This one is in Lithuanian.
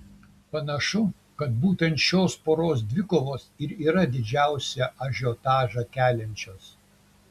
panašu kad būtent šios poros dvikovos ir yra didžiausią ažiotažą keliančios